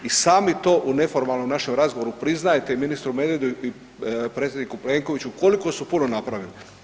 I sami to u neformalnom našem razgovoru priznajete i ministru Medvedu i predsjedniku Plenkoviću koliko su puno napravili.